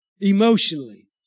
emotionally